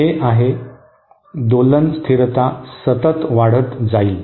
हे आहे दोलन स्थिरता सतत वाढत जाईल